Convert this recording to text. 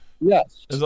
Yes